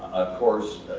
course,